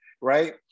right